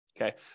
Okay